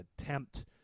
attempt